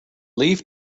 leaf